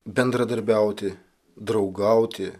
bendradarbiauti draugauti